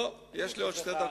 לא, יש לי עוד שתי דקות.